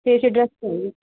ਇਸੇ ਐਡਰੈਸ 'ਤੇ